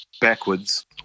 backwards